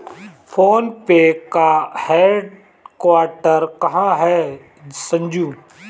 Phone Pe का headquarter कहां है संजू?